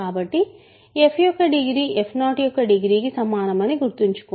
కాబట్టి f యొక్క degree f0 యొక్క డిగ్రీ కి సమానం అని గుర్తుంచుకోండి